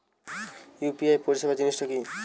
UPI পরিসেবা জিনিসটা কি?